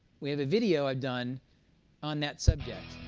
we have a video i've done on that subject.